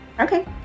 Okay